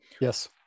Yes